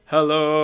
Hello